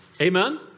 Amen